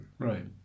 Right